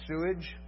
sewage